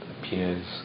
appears